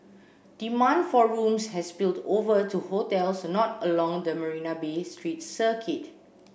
demand for rooms has spilled over to hotels not along the Marina Bay street circuit